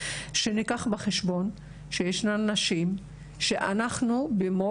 שניקח בחשבון שישנן נשים שאנחנו במו